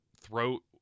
throat